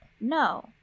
No